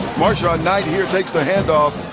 marson-knight here takes the hand-off.